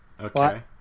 Okay